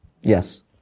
Yes